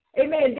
Amen